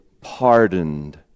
pardoned